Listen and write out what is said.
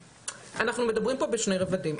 אנחנו מדברים כאן בשני רבדים.